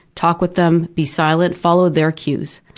talk with them, be silent follow their cues.